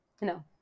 no